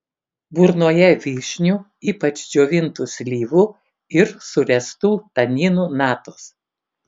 burnoje vyšnių ypač džiovintų slyvų ir suręstų taninų natos